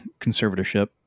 conservatorship